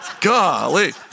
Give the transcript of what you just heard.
Golly